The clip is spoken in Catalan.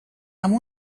amb